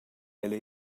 ella